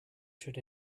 should